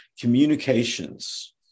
communications